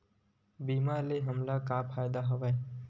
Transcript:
बीमा ले हमला का फ़ायदा हवय?